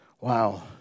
Wow